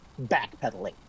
backpedaling